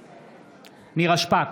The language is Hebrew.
בעד נירה שפק,